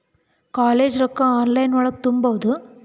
College ರೊಕ್ಕ online ಒಳಗ ತುಂಬುದು?